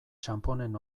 txanponen